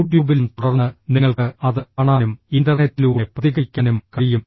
യൂട്യൂബിലും തുടർന്ന് നിങ്ങൾക്ക് അത് കാണാനും ഇന്റർനെറ്റിലൂടെ പ്രതികരിക്കാനും കഴിയും